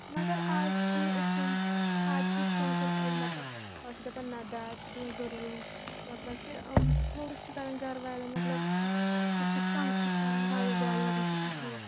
مگر اَز چھِنہٕ أسۍ یِم اَز چھِنہٕ سونٛچان أڑۍ مطلب أڑۍ چھِ دَپان نہ داج چھُ دیُٚن ضٔروٗری مطلب کہ أم فورس چھِ کَران گَر والٮ۪ن مطلب ہُہ چھِکھ تنٛگ چھِکھ کَران واریاہ زیادٕ دَپان چھِکھ ہُہ